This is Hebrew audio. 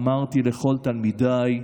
אמרתי לכל תלמידיי: